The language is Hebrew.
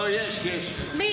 לא, יש, יש, הינה.